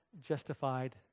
justified